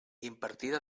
impartida